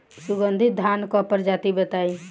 सुगन्धित धान क प्रजाति बताई?